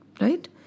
Right